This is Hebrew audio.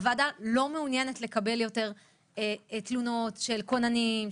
הוועדה לא מעוניינת לקבל יותר תלונות של כוננים,